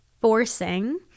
forcing